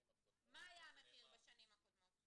הקודמות -- מה היה המחיר בשנים הקודמות?